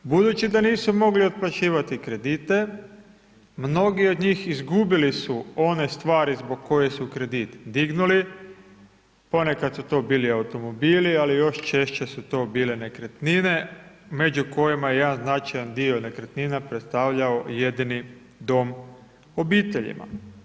Budući da nisu mogli otplaćivati kredite mnogi od njih izgubili su one stvari zbog kojih su kredit dignuli, ponekad su to bili automobili, ali još češće su to bile nekretnine među kojima je jedan značajan dio nekretnina predstavljao jedini dom obiteljima.